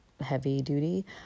heavy-duty